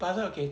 pasal okay